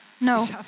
No